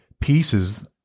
pieces